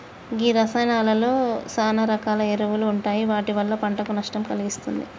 గీ రసాయానాలలో సాన రకాల ఎరువులు ఉంటాయి వాటి వల్ల పంటకు నష్టం కలిగిస్తుంది